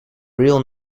real